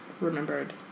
remembered